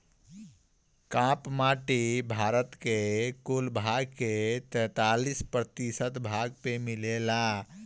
काप माटी भारत के कुल भाग के तैंतालीस प्रतिशत भाग पे मिलेला